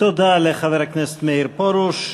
תודה לחבר הכנסת מאיר פרוש.